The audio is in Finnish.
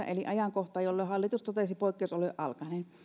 eli ajankohtaa jolloin hallitus totesi poikkeusolojen alkaneen